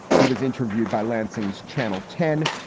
he was interviewed by lansing's channel ten,